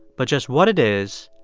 but just what it is,